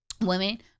women